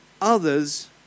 others